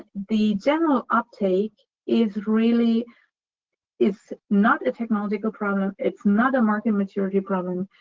the general uptake is really is not a technological problem. it's not a market maturity problem.